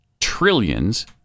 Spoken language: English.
trillions